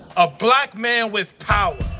a black man with power.